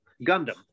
Gundam